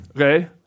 okay